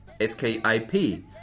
S-K-I-P